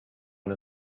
one